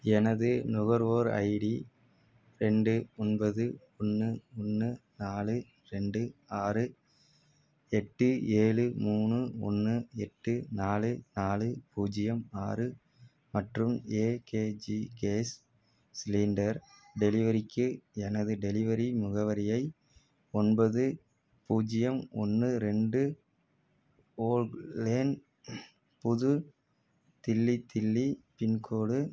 எனது நுகர்வோர் ஐடி ரெண்டு ஒன்பது ஒன்று ஒன்று நாலு ரெண்டு ஆறு எட்டு ஏழு மூணு ஒன்று எட்டு நாலு நாலு பூஜ்ஜியம் ஆறு மற்றும் ஏகேஜி கேஸ் சிலிண்டர் டெலிவரிக்கு எனது டெலிவரி முகவரியை ஒன்பது பூஜ்ஜியம் ஒன்று ரெண்டு போல்க் லேன் புதுதில்லி தில்லி பின்கோடு